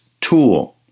tool